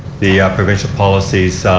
the provincial policies